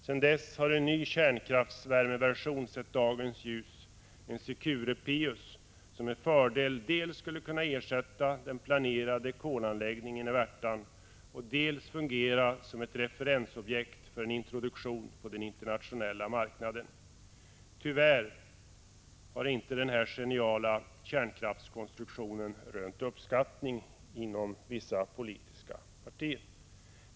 Sedan dess har en ny kärnkraftsvärmeversion sett dagens ljus — Secure-Pius — som med fördel dels skulle kunna ersätta den planerade kolanläggningen i Värtan, dels fungera som referensobjekt för en introduktion på den internationella marknaden. Inom vissa politiska partier har denna geniala kärnkraftskonstruktion tyvärr inte rönt uppskattning.